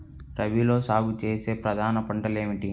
రబీలో సాగు చేసే ప్రధాన పంటలు ఏమిటి?